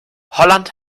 holland